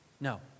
No